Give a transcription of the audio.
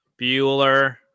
Bueller